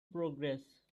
progress